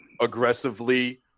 aggressively